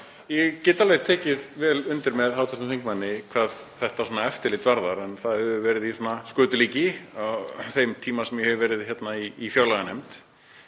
Ég get alveg tekið undir með hv. þingmanni hvað þetta eftirlit varðar en það hefur verið í skötulíki á þeim tíma sem ég hef verið í fjárlaganefnd.